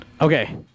Okay